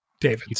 David